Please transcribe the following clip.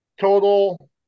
total